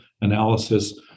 analysis